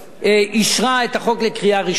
אישרה את החוק בקריאה ראשונה,